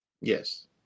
Yes